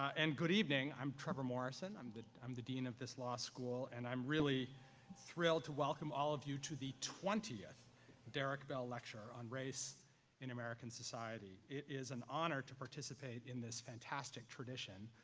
and good evening, i'm trevor morrison. i'm the i'm the dean of this law school and i'm really thrilled to welcome all of you to the twentieth derrick bell lecture on race in american society. it is an honor to participate in this fantastic tradition.